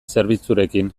zerbitzurekin